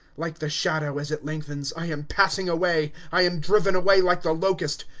like the shadow, as it lengthens, i am passing away i am driven away like the locust.